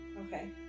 okay